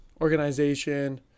organization